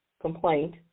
complaint